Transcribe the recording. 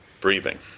breathing